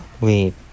Wait